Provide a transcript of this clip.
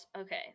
okay